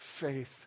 faith